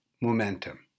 Momentum